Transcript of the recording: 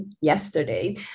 yesterday